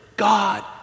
God